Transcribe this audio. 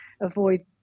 avoid